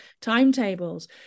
timetables